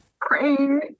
praying